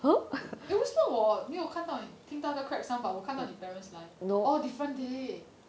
eh 为什么我没有看到听到 the crack sound but 我看到你 parents 来 orh different day eh